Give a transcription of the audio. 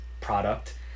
product